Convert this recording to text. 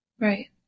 Right